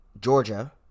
Georgia